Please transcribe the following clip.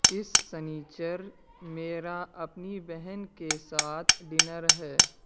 اس سنیچر میرا اپنی بہن کے ساتھ ڈنر ہے